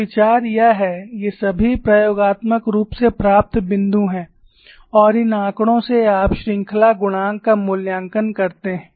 तो विचार यह है ये सभी प्रयोगात्मक रूप से प्राप्त बिंदु हैं और इन आंकड़ों से आप श्रृंखला गुणांक का मूल्यांकन करते हैं